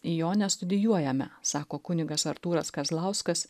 jo nestudijuojame sako kunigas artūras kazlauskas